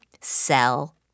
sell